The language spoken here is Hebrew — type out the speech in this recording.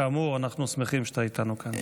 כאמור, אנחנו שמחים שאתה איתנו כאן.